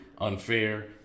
Unfair